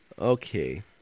Okay